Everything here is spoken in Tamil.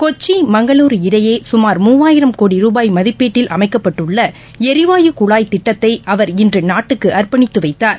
கொச்சி மங்களூரு இடையே சுமார் மூவாயிரம் கோடி ரூபாய் மதிப்பீட்டில் அமைக்கப்பட்டுள்ள எரிவாயு குழாய் திட்டத்தை அவர் இன்று நாட்டுக்கு அர்ப்பணித்து வைத்தார்